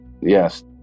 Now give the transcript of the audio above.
yes